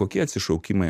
kokie atsišaukimai